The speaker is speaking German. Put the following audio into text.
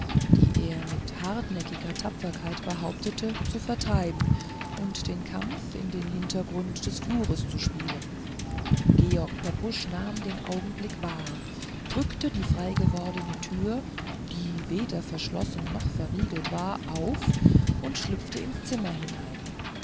die er mit hartnäckiger tapferkeit behauptet zu vertreiben und den kampf in den hintergrund des flurs zu spielen george pepusch nahm den augenblick wahr drückte die frei gewordene türe die weder verschlossen noch verriegelt war auf und schlüpfte ins zimmer hinein